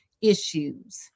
issues